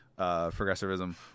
progressivism